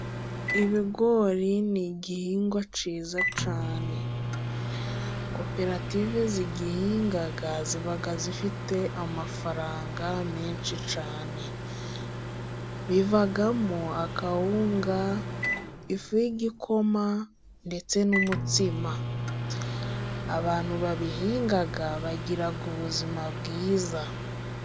Ibigori ni igihingwa cyiza cyane . Koperative zigihinga ziba zifite amafaranga menshi cyane. Bivamo akawunga ,ifu y'igikoma ndetse n'umutsima . Abantu babihinga bagira ubuzima bwiza.